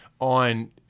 On